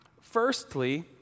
Firstly